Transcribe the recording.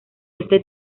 este